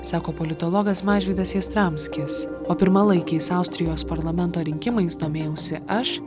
sako politologas mažvydas jastramskis o pirmalaikiais austrijos parlamento rinkimais domėjausi aš